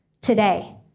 today